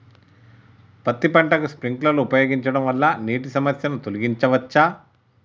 పత్తి పంటకు స్ప్రింక్లర్లు ఉపయోగించడం వల్ల నీటి సమస్యను తొలగించవచ్చా?